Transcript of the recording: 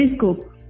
Telescope